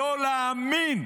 לא להאמין,